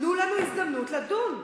תנו לנו הזדמנות לדון.